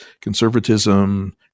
conservatism